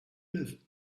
live